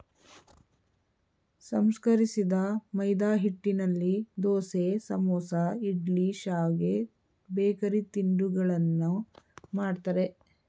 ಸಂಸ್ಕರಿಸಿದ ಮೈದಾಹಿಟ್ಟಿನಲ್ಲಿ ದೋಸೆ, ಸಮೋಸ, ಇಡ್ಲಿ, ಶಾವ್ಗೆ, ಬೇಕರಿ ತಿಂಡಿಗಳನ್ನು ಮಾಡ್ತರೆ